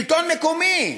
שלטון מקומי,